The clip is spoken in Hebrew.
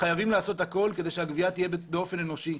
חייבים לעשות הכול כדי שהגבייה תהיה באופן אנושי.